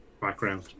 background